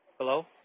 Hello